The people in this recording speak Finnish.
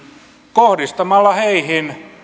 kohdistamalla heihin